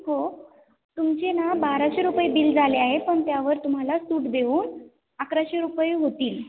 हो तुमचे ना बाराशे रुपये बिल झाले आहे पण त्यावर तुम्हाला सूट देऊन अकराशे रुपये होतील